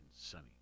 sunny